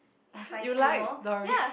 in Finding-Nemo ya